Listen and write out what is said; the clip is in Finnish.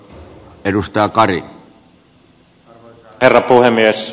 arvoisa herra puhemies